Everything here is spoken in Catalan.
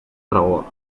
raó